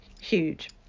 Huge